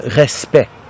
respect